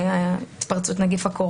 לאן היא מגעת.